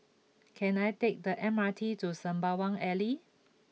can I take the M R T to Sembawang Alley